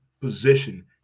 position